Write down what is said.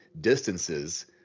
distances